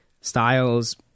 styles